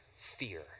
Fear